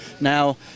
Now